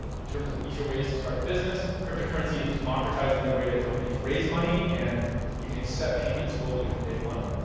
in terms of easier ways to start a business, cryptocurrency is democratizing the way that companies raise money and you can accept payments globally from day one.